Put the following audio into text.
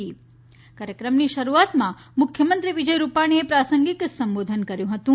ક્રાર્યક્રમની શરૂઆતમાં મુખ્યમંત્રી વિજય રૂપાણીએ પ્રાસંગિક સંબોધન કર્યું હતું